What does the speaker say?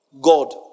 God